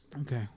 Okay